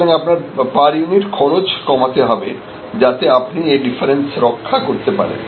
সুতরাং আপনার per unit খরচ কমাতে হবে যাতে আপনি এই ডিফারেন্স রক্ষা করতে পারেন